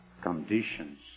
conditions